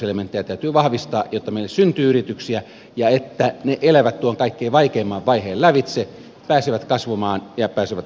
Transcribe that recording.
näitä rahoituselementtejä täytyy vahvistaa jotta meille syntyy yrityksiä ja jotta ne elävät tuon kaikkein vaikeimman vaiheen lävitse pääsevät kasvamaan ja pääsevät vakaalle pohjalle